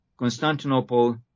Constantinople